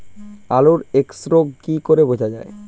আলুর এক্সরোগ কি করে বোঝা যায়?